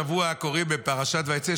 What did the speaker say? אנחנו השבוע קוראים בפרשת ויצא,